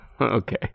Okay